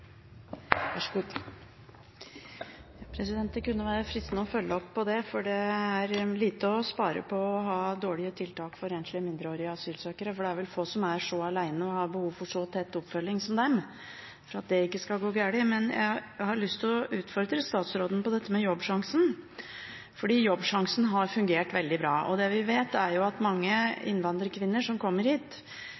er så alene og har behov for så tett oppfølging som dem, for at det ikke skal gå galt. Jeg har lyst til å utfordre statsråden på dette med Jobbsjansen, for Jobbsjansen har fungert veldig bra. Det vi vet, er at mange